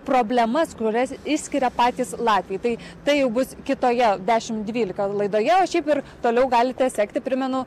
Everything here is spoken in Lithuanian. problemas kurias išskiria patys latviai tai tai jau bus kitoje dešim dvylika laidoje o šiaip ir toliau galite sekti primenu